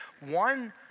one